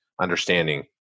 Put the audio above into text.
understanding